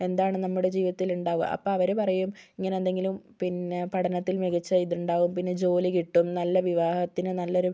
എന്താണ് നമ്മുടെ ജീവിതത്തിൽ ഉണ്ടാകുക അപ്പം അവർ പറയും ഇങ്ങനെ എന്തെങ്കിലും പിന്നെ പഠനത്തിൽ മികച്ച ഇത് ഉണ്ടാകും പിന്നെ ജോലി കിട്ടും നല്ല വിവാഹത്തിന് നല്ലൊരു